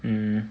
mm